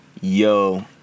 Yo